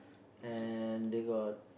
and they got